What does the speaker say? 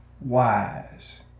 wise